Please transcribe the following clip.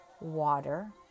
water